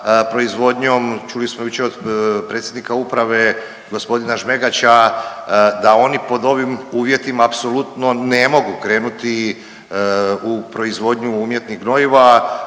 proizvodnjom, čuli smo jučer od predsjednika u prave g. Žmegača da oni pod novim uvjetima apsolutno ne mogu krenuti u proizvodnju umjetnih gnojiva